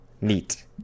Neat